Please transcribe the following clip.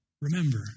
Remember